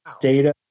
data